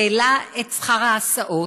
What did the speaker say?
העלה את שכר ההסעות,